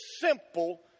simple